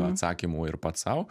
atsakymų ir pats sau